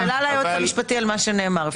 שאלה ליועץ המשפטי על מה שנאמר.